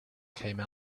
came